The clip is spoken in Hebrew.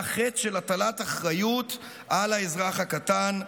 חטא של הטלת אחריות על האזרח הקטן,